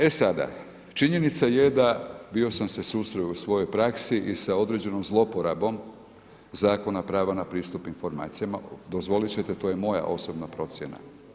E sada, činjenica je da, bio sam se susreo u svojoj praksi i sa određenom zloporabom Zakona prava na pristup informacijama, dozvolit ćete, to je moja osobna procjena.